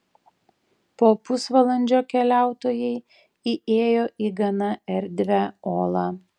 po pusvalandžio keliautojai įėjo į gana erdvią olą